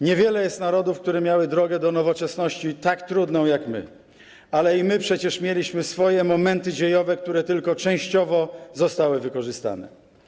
Niewiele jest narodów, które miały drogę do nowoczesności tak trudną jak my, ale i my przecież mieliśmy swoje momenty dziejowe, które tylko częściowo zostały wykorzystane.